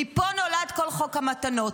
מפה נולד כל חוק המתנות.